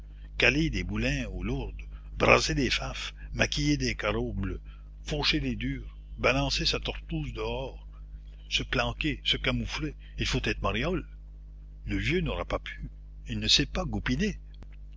caler des boulins aux lourdes braser des faffes maquiller des caroubles faucher les durs balancer sa tortouse dehors se planquer se camoufler il faut être mariol le vieux n'aura pas pu il ne sait pas goupiner